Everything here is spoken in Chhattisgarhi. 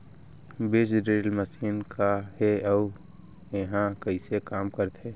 बीज ड्रिल मशीन का हे अऊ एहा कइसे काम करथे?